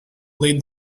laid